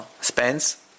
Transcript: Spence